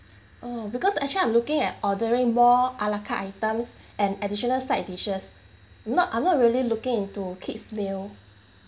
oh because actually I'm looking at ordering more ala carte items and additional side dishes not I'm not really looking into kids meal